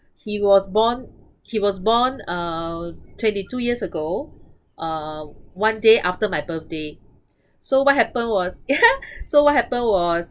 he was born he was born uh twenty two years ago uh one day after my birthday so what happen was so what happen was